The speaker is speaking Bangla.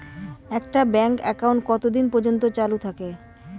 একটা ব্যাংক একাউন্ট কতদিন পর্যন্ত চালু থাকে?